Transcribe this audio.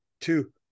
two